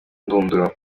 ndunduro